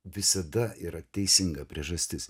visada yra teisinga priežastis